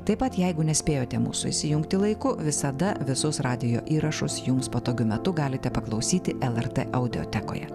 taip pat jeigu nespėjote mūsų įsijungti laiku visada visus radijo įrašus jums patogiu metu galite paklausyti lrt audiotekoje